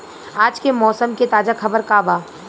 आज के मौसम के ताजा खबर का बा?